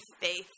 faith